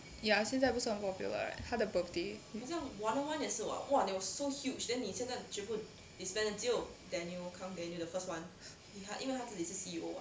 ya 现在不是很 popular right 他的 birthday